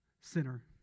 sinner